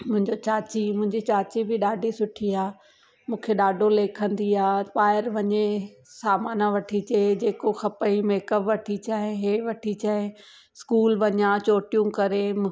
मुंहिजो चाची मुंहिजी चाची बि ॾाढी सुठी आहे मूंखे ॾाढो लेखंदी आहे ॿाहिरि वञे सामानु वठी अचे जेको खपई मेकअप वठी अचांए हीअ वठी अचांंए स्कूल वञा चोटियूं करे